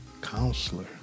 counselor